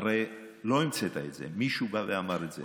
הרי לא המצאת את זה, מישהו בא ואמר את זה.